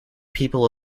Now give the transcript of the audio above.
people